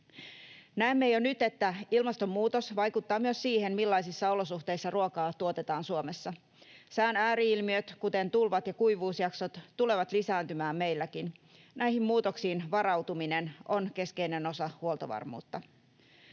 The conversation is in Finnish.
Näemme jo nyt, että ilmastonmuutos vaikuttaa myös siihen, millaisissa olosuhteissa ruokaa tuotetaan Suomessa. Sään ääri-ilmiöt, kuten tulvat ja kuivuusjaksot, tulevat lisääntymään meilläkin. Näihin muutoksiin varautuminen on keskeinen osa huoltovarmuutta.